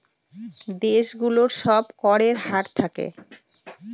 দেশ গুলোর সব করের হার থাকে